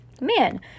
Man